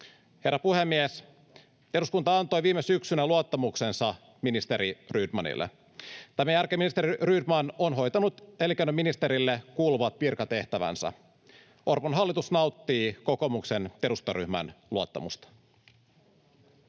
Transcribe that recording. Herra puhemies! Eduskunta antoi viime syksynä luottamuksensa ministeri Rydmanille. Tämän jälkeen ministeri Rydman on hoitanut elinkeinoministerille kuuluvat virkatehtävänsä. [Atte Harjanne: Hoitanut